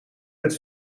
met